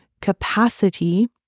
capacity